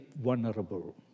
vulnerable